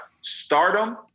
stardom